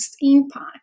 impact